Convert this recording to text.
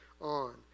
on